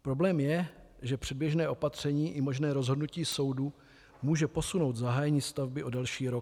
Problém je, že předběžné opatření i možné rozhodnutí soudu může posunout zahájení stavby o další rok.